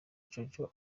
jojo